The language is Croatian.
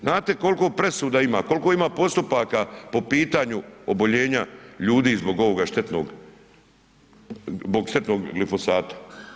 Znate kol'ko presuda ima, kol'ko ima postupaka po pitanju oboljenja ljudi zbog ovoga štetnog, zbog štetnog glifosata?